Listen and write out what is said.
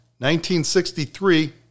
1963